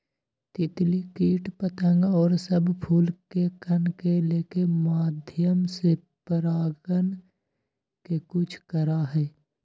तितली कीट पतंग और सब फूल के कण के लेके माध्यम से परागण के कुछ करा हई